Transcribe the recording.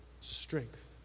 strength